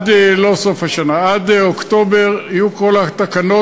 לא סוף השנה, עד אוקטובר יהיו כל התקנות.